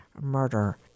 murder